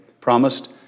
promised